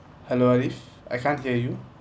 hello arif I can't hear you